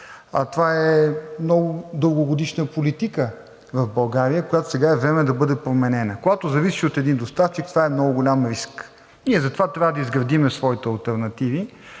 това е дългогодишна политика в България, която сега е време да бъде променена. Когато зависиш от един доставчик, това е много голям риск. Ние затова трябва да изградим своите алтернативи.